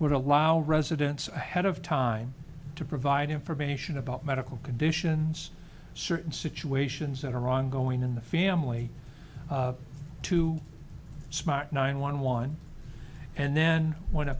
would allow residents ahead of time to provide information about medical conditions certain situations that are ongoing in the family too smart nine one one and then when